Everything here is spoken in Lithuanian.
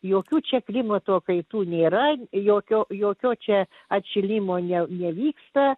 jokių čia klimato kaitų nėra jokio jokio čia atšilimo nevyksta